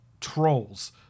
trolls